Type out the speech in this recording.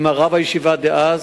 עם רב הישיבה דאז,